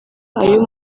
ayo